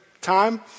time